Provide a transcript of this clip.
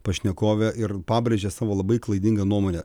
pašnekovė ir pabrėžė savo labai klaidingą nuomonę